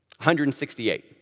168